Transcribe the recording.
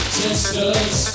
sisters